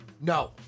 No